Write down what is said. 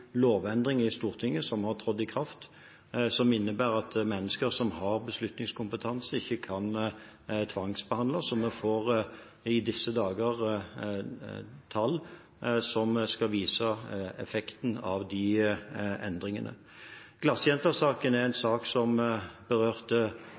lovendring i Stortinget, som har trådt i kraft, og som innebærer at mennesker som har beslutningskompetanse, ikke kan tvangsbehandles. Vi får i disse dager tall som skal vise effekten av de endringene. Glassjenta-saken var en